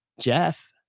jeff